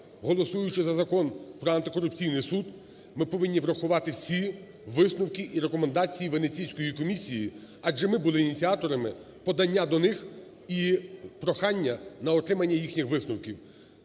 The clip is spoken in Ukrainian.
голосуючи за Закон про Антикорупційний суд ,ми повинні врахувати всі висновки і рекомендації Венеційської комісії. Адже ми були ініціаторами подання до них і прохання на отримання їхніх висновків.